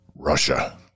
Russia